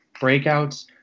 breakouts